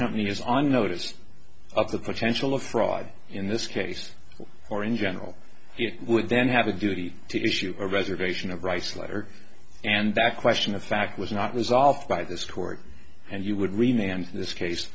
company was on notice of the potential of fraud in this case or in general you would then have a duty to issue a reservation of rice letter and that question of fact was not resolved by this court and you would remain and in this case